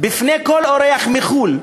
בפני כל אורח מחו"ל,